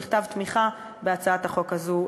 מכתב תמיכה בהצעת החוק הזאת,